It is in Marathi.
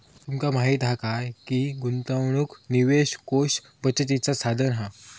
तुमका माहीत हा काय की गुंतवणूक निवेश कोष बचतीचा साधन हा